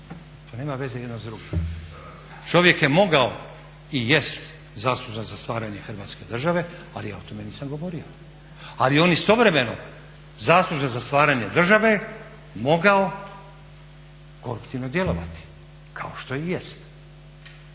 To nema veze jedno s drugim. Čovjek je mogao i jest zaslužan za stvaranje Hrvatske države, ali ja o tome nisam govorio. Ali je on istovremeno zaslužan za stvaranje države mogao koruptivno djelovati kao što i jest.